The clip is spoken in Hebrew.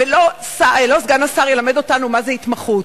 ולא סגן השר ילמד אותנו מה זה התמחות.